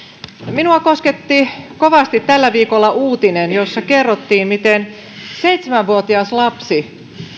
minua kosketti kovasti tällä viikolla uutinen jossa kerrottiin miten seitsemänvuotias lapsi